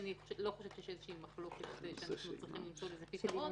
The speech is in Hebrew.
אני לא חושבת שיש מחלוקת שצריכים למצוא לזה פתרון.